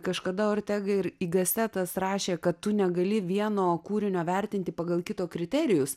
kažkada ortega ir igastetas rašė kad tu negali vieno kūrinio vertinti pagal kito kriterijus